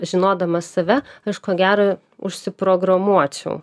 žinodama save aš ko gero užsiprogramuočiau